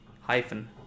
hyphen